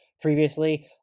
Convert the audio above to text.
previously